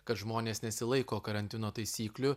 kad žmonės nesilaiko karantino taisyklių